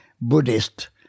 Buddhist